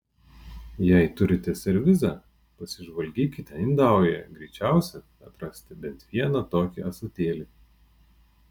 jei turite servizą pasižvalgykite indaujoje greičiausiai atrasite bent vieną tokį ąsotėlį